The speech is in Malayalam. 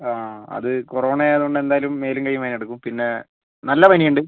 ആ അത് കൊറോണ ആയതുകൊണ്ട് എന്തായാലും മേലും കയ്യും വേദനയെടുക്കും പിന്നേ നല്ല പനിയുണ്ട്